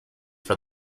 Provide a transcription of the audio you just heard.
for